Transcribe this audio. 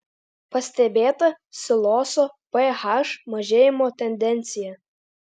pastebėta siloso ph mažėjimo tendencija